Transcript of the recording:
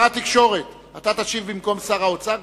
שר התקשורת, אתה תשיב במקום שר האוצר?